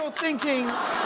so thinking?